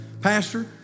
Pastor